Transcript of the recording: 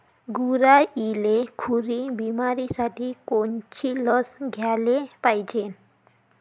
गुरांइले खुरी बिमारीसाठी कोनची लस द्याले पायजे?